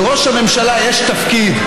לראש הממשלה יש תפקיד,